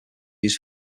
used